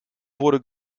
wurde